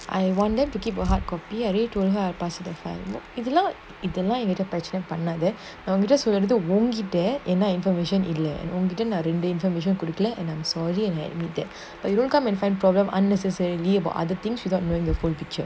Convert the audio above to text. I want them to keep a hardcopy already told her I pass it to find it information could declare an I'm slowly and had me debts but you don't come and find problem unnecessarily about other things without knowing the full picture